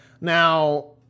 now